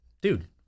Dude